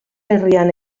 herrian